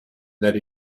that